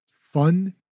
fun